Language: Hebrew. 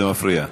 זה מפריע.